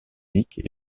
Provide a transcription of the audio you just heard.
unique